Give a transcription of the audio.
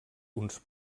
uns